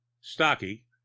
stocky